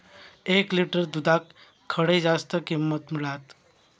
एक लिटर दूधाक खडे जास्त किंमत मिळात?